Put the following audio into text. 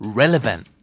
relevant